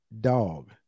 dog